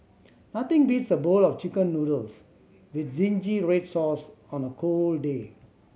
nothing beats a bowl of Chicken Noodles with zingy red sauce on a cold day